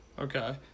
Okay